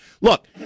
Look